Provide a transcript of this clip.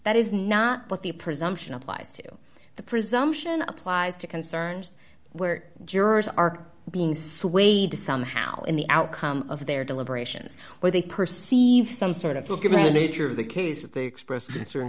that is not but the presumption applies to the presumption applies to concerns where jurors are being swayed to somehow in the outcome of their deliberations where they perceive some sort of feel good manager of the case that they express sort of